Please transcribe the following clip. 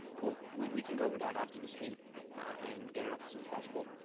cool. we can go over that after the stream and get it up as soon as possible.